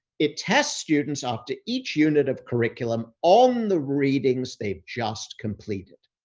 it tests students after each unit of curriculum on the readings they've just completed.